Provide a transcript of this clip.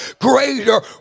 Greater